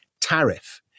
tariff